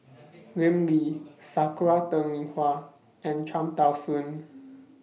Lim Lee Sakura Teng Ying Hua and Cham Tao Soon